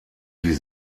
die